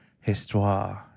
Histoire